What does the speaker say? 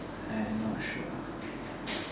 I not sure